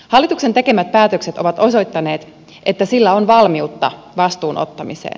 hallituksen tekemät päätökset ovat osoittaneet että sillä on valmiutta vastuun ottamiseen